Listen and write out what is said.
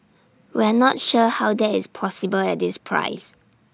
we're not sure how that is possible at this price